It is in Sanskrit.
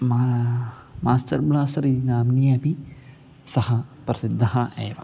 मा मास्टर् ब्लास्टर् इति नाम्नः अपि सः प्रसिद्धः एव